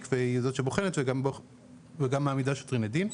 והיא זאת שבוחנת וגם מעמידה שוטרים לדין.